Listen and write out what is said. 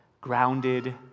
grounded